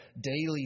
daily